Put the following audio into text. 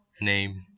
Name